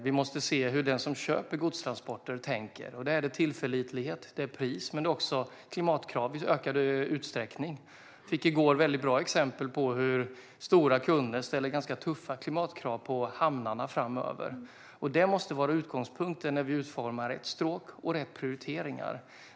Vi måste se hur den som köper godstransporter tänker, och då handlar det om tillförlitlighet och pris - men också klimatkrav i ökad utsträckning. Jag fick i går väldigt bra exempel på hur stora kunder ställer ganska tuffa klimatkrav på hamnarna framöver. Detta måste vara utgångspunkten när vi utformar ett stråk och rätt prioriteringar.